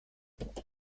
het